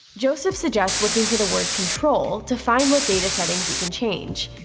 joseph suggests looking for the word control to find what data settings you can change.